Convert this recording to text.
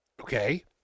Okay